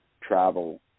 Travel